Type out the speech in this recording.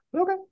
Okay